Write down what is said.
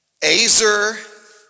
Azer